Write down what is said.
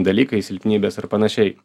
dalykai silpnybės ar panašiai